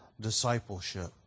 discipleship